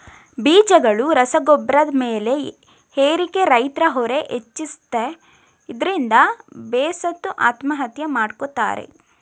ಬೀಜಗಳು ರಸಗೊಬ್ರದ್ ಬೆಲೆ ಏರಿಕೆ ರೈತ್ರ ಹೊರೆ ಹೆಚ್ಚಿಸುತ್ತೆ ಇದ್ರಿಂದ ಬೇಸತ್ತು ಆತ್ಮಹತ್ಯೆ ಮಾಡ್ಕೋತಾರೆ